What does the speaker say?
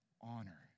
honor